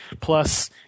plus